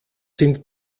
sind